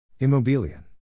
Immobilien